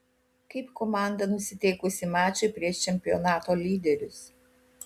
kaip komanda nusiteikusi mačui prieš čempionato lyderius